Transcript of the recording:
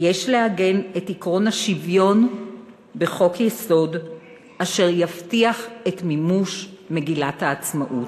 יש לעגן את עקרון השוויון בחוק-יסוד אשר יבטיח את מימוש מגילת העצמאות.